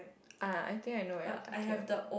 ah I think I know what you are talking about